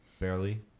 Barely